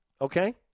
okay